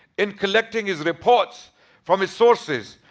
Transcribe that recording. in collecting his reports from his sources.